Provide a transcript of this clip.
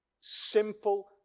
simple